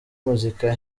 muzika